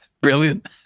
Brilliant